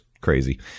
crazy